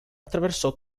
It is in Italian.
attraversò